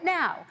now